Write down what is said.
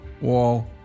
wall